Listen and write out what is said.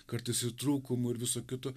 kartais ir trūkumų ir viso kito